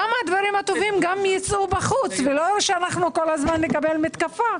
גם שהדברים הטובים ייצאו בחוץ ולא שכל הזמן נקבל מתקפה.